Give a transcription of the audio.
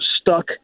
stuck